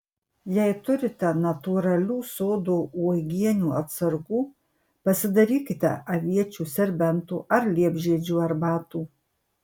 jei turite natūralių sodo uogienių atsargų pasidarykite aviečių serbentų ar liepžiedžių arbatų